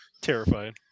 terrifying